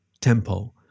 Tempo